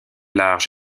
large